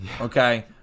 okay